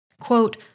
Quote